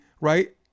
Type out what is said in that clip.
right